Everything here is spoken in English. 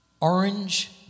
orange